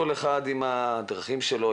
כל אחד עם הדרכים שלו,